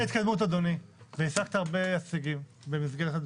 אגף התקציבים, משרד האוצר.